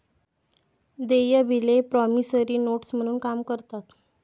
देय बिले promissory notes म्हणून काम करतात